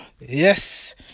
Yes